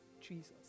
Jesus